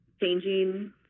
changing